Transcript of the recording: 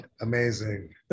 amazing